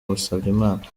musabyimana